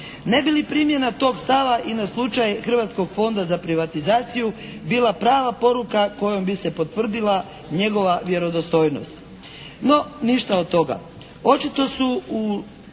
Ne bi li primjena tog stala i na slučaj Hrvatskog fonda za privatizaciju bila prava poruka kojom bi se potvrdila njegova vjerodostojnost? No ništa od toga.